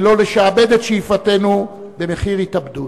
ולא לשעבד את שאיפתנו במחיר התאבדות,